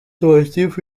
sportif